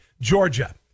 Georgia